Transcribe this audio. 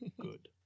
Good